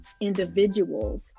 individuals